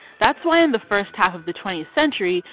that's why in the first half of the twentieth century,